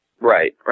Right